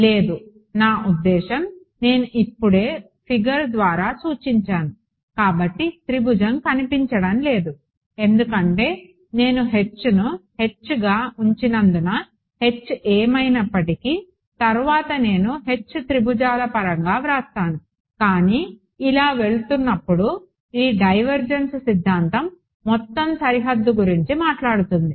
లేదు నా ఉద్దేశ్యం నేను ఇప్పుడే ఫిగర్ ద్వారా సూచించాను కానీ త్రిభుజం కనిపించడం లేదు ఎందుకంటే నేను H ను H గా ఉంచినందున H ఏమైనప్పటికీ తర్వాత నేను H త్రిభుజాల పరంగా వ్రాస్తాను కానీ ఇలా వెళుతున్నప్పుడు ఈ డైవర్జెన్స్ సిద్ధాంతం మొత్తం సరిహద్దు గురించి మాట్లాడుతుంది